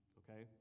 okay